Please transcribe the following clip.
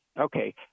Okay